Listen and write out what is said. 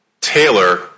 Taylor